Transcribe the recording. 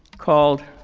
called,